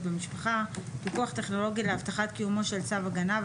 במשפחה (פיקוח טכנולוגי להבטחת קיומו של צו הגנה,